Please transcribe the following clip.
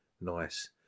nice